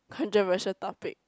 controversial topic